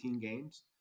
games